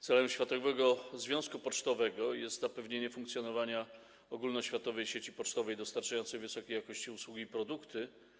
Celem Światowego Związku Pocztowego jest zapewnienie funkcjonowania ogólnoświatowej sieci pocztowej dostarczającej wysokiej jakości usługi i produkty.